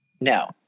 no